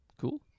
Cool